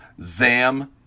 Zam